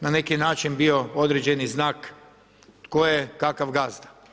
na neki način bio određeni znak tko je kakav gazda.